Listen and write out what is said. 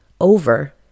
over